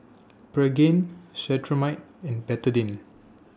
Pregain Cetrimide and Betadine